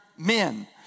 Men